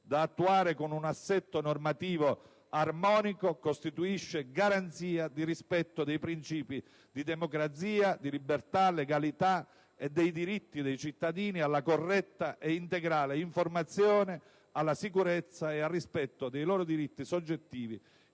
da attuare con un assetto normativo armonico costituisce garanzia di rispetto dei principi di democrazia, di libertà, di legalità e dei diritti dei cittadini alla corretta e integrale informazione alla sicurezza e al rispetto dei loro diritti soggettivi,